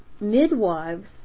midwives